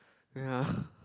ya